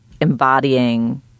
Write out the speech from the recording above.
embodying